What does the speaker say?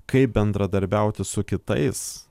kaip bendradarbiauti su kitais